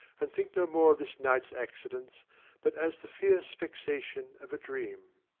and think no more of this night's accidents but as the fierce vexation of a dream.